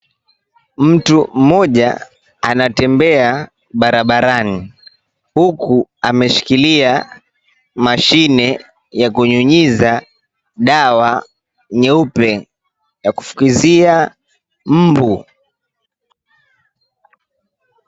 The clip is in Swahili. Mtu mmoja anatembea barabarani, huku ameshika mashine yakunyunyiza dawa nyeupe ya kufukizia mbu.